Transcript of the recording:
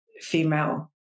female